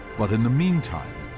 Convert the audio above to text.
but, in the meantime,